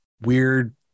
weird